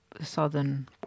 southern